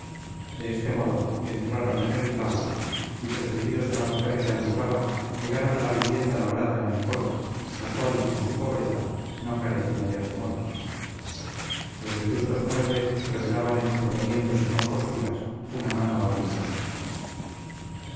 de este modo entraron en el claustro y precedidos de la mujer que alumbraba llegaron a la vivienda labrada en el coro la cual en su pobreza no carecía de acomodo los vetustos muebles revelaban en sus remiendos y composturas una mano habilidosa